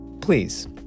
please